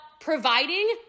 providing